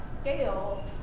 scale